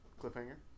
cliffhanger